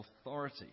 authority